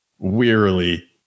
Wearily